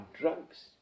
drugs